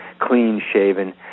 clean-shaven